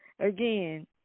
Again